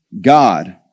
God